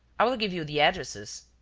i will give you the addresses.